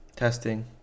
Testing